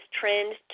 trend